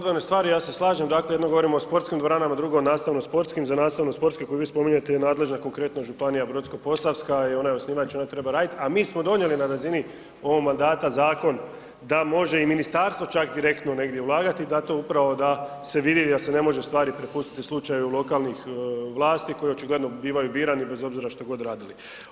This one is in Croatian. Dakle, to su dvije odvojene stvari, jedno govorimo o sportskim dvoranama, drugo o nastavno-sportskim, za nastavno-sportske koje vi spominjete je nadležna konkretno županija Brodsko-posavska i ona je osnivač i ona treba raditi, a mi smo donijeli na razini ovog mandata zakon da može i ministarstvo čak direktno negdje ulagati, dakle upravo da se vidi jer se ne može stvari prepustiti slučaju lokalnih vlasti, koje očigledno bivaju birani bez obzira što god radili.